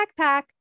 backpack